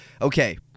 okay